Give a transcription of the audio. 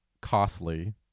costly